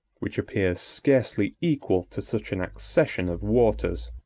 which appears scarcely equal to such an accession of waters.